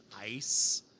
ice